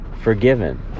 forgiven